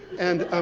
and